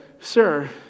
sir